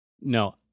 No